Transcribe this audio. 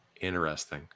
Interesting